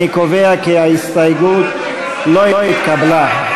ההסתייגות מס' 11 לא התקבלה.